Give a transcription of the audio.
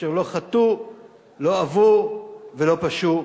אשר לא חטאו לא ולא עוו ולא פשעו.